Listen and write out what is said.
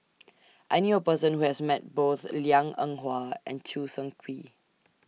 I knew A Person Who has Met Both Liang Eng Hwa and Choo Seng Quee